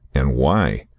and why?